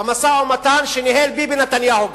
במשא-ומתן שניהל ביבי נתניהו,